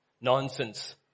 Nonsense